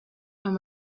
and